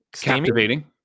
Captivating